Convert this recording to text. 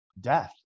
death